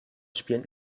spielen